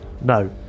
no